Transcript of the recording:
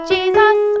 Jesus